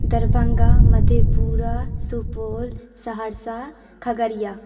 Darbhanga Madhepura Supaul Saharsa Khagaria